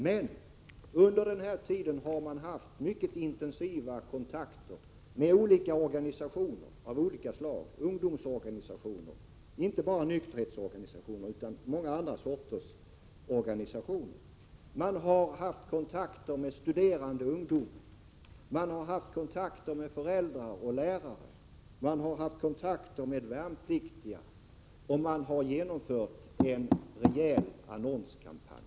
Men under denna tid har man haft mycket intensiva kontakter med organisationer och ungdomsorganisationer av olika slag — inte bara nykterhetsorganisationer utan många andra — med studerande ungdom, med föräldrar och lärare och med värnpliktiga, och man har genomfört en rejäl annonskampanj.